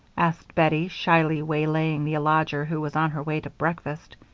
asked bettie, shyly waylaying the lodger who was on her way to breakfast.